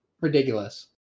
Ridiculous